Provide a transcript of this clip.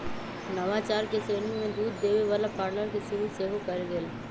नवाचार के श्रेणी में दूध देबे वला पार्लर के शुरु सेहो कएल गेल